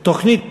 תוכנית פראוור,